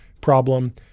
problem